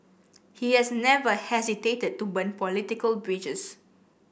he has never hesitated to burn political bridges